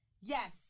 Yes